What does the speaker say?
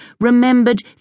remembered